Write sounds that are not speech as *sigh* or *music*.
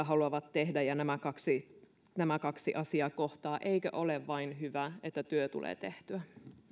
*unintelligible* haluavat tehdä töitä ja nämä kaksi nämä kaksi asiaa kohtaavat eikö ole vain hyvä että työ tulee tehtyä